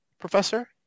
Professor